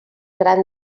gran